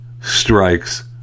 strikes